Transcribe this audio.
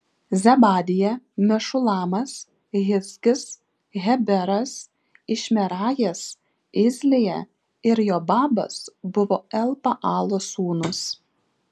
zebadija mešulamas hizkis heberas išmerajas izlija ir jobabas buvo elpaalo sūnūs